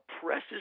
presses